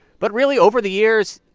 but really, over the years,